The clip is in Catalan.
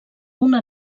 una